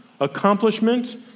accomplishment